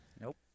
Nope